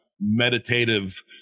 meditative